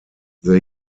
they